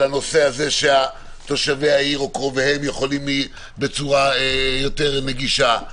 על הנושא הזה שתושבי העיר וקרוביהם יכולים בצורה יותר נגישה,